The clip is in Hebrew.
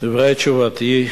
דברי תשובתי: